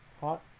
hot